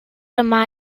yma